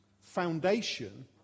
foundation